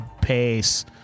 pace